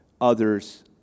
others